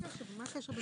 מה הקשר?